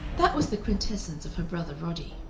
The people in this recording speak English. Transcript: that was the quintessence of her brother roddy.